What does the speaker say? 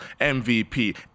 MVP